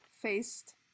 faced